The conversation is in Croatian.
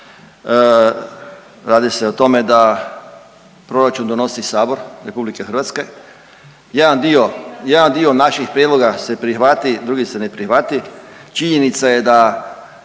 Radi se o tome da proračun donosi Sabor Republike Hrvatske. Jedan dio naših prijedloga se prihvati, drugi se ne prihvati. Činjenica je da